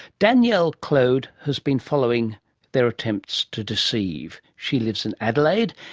danielle clode has been following their attempts to deceive. she lives in adelaide,